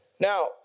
Now